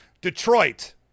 Detroit